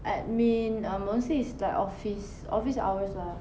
admin ah mostly is like office office hours lah